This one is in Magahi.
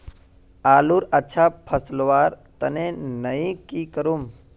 आलूर अच्छा फलवार तने नई की करूम?